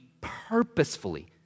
purposefully